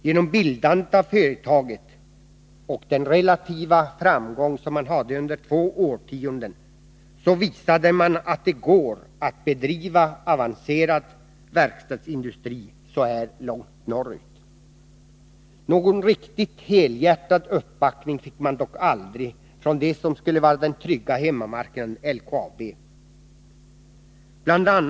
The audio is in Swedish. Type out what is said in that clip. Genom bildandet av företaget och den relativa framgång som man hade under två årtionden så visade man att det går att bedriva avancerad verkstadsindustri så här långt norrut. Någon riktigt helhjärtad uppbackning fick man dock aldrig från det som skulle vara den trygga hemmamarknaden — LKAB. Bl.